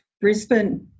Brisbane